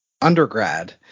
undergrad